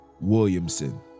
Williamson